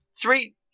Three